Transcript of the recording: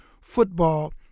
football